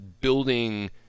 building